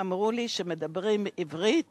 אמרו לי שמדברים עברית